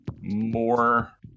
more